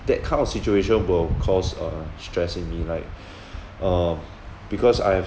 that kind of situation will cause uh stress in me like um because I've